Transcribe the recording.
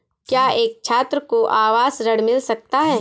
क्या एक छात्र को आवास ऋण मिल सकता है?